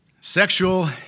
Sexual